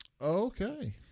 Okay